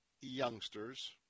youngsters